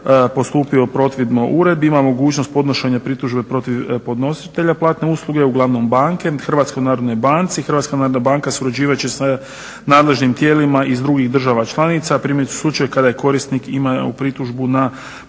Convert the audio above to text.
postupio protivno uredbi ima mogućnost podnošenja pritužbe protiv podnositelja platne usluge uglavnom banke HNB-u, HNB surađivat će sa nadležnim tijelima iz drugih država članica … kada je korisnik imao pritužbu na